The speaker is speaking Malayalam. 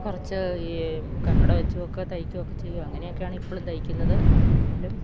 കുറച്ച് ഈ കണ്ണട വെച്ചുമൊക്കെ തയ്ക്കുകയൊക്കെ ചെയ്യും അങ്ങനെയൊക്കെ ആണിപ്പോഴും തയ്ക്കുന്നത് എന്നാലും